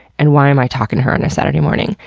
and why am i talking to her on a saturday morning?